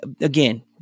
again